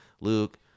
Luke